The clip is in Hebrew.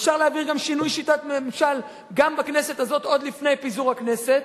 אפשר להעביר גם שינוי שיטת ממשל גם בכנסת הזאת עוד לפני פיזור הכנסת.